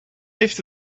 heeft